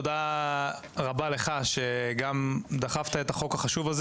תודה רבה לך שגם דחפת את החוק החשוב הזה